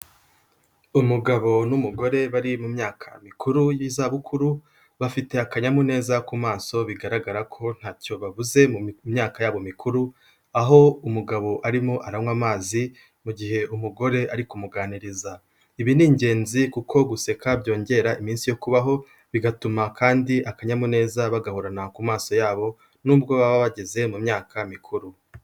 Umugabo n'umugore bari mu myaka mikuru y'izabukuru, bafite akanyamuneza ku maso bigaragara ko ntacyo babuze mu myaka yabo mikuru, aho umugabo arimo aranywa amazi, mu gihe umugore ari kumuganiriza, ibi ni ingenzi kuko guseka byongera iminsi yo kubaho, bigatuma kandi akanyamuneza bagahorana ku maso yabo, nubwo baba bageze mu myaka mikuru.